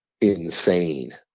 insane